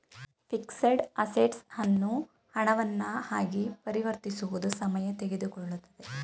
fixed assets ಅನ್ನು ಹಣವನ್ನ ಆಗಿ ಪರಿವರ್ತಿಸುವುದು ಸಮಯ ತೆಗೆದುಕೊಳ್ಳುತ್ತದೆ